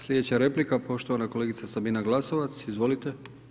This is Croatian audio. Sljedeća replika poštovana kolegica Sabina Glasovac, izvolite.